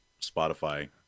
Spotify